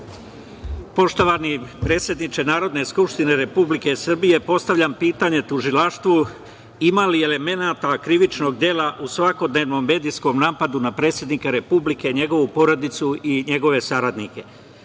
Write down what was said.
Poštovani predsedniče Narodne skupštine Republike Srbije postavljam pitanje tužilaštvu – ima li elemenata krivičnog dela u svakodnevnom medijskom napadu na predsednika Republike, njegovu porodicu i njegove saradnike? Poštovani